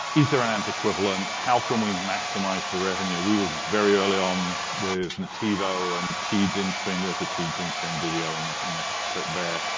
is their and amp equivalent? how can we maximize the revenue? we were very early on with nativo and teads in-stream there's a teads in-stream video in the in the clip there.